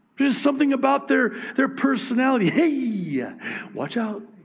there's something about their their personality. hey, yeah watch out.